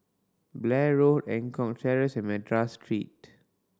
Blair Road Eng Kong Terrace and Madras Street